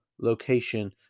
location